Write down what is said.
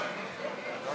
רק